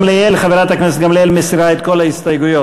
חברת הכנסת גילה גמליאל מסירה את כל ההסתייגויות.